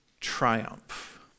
triumph